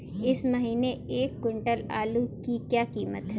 इस महीने एक क्विंटल आलू की क्या कीमत है?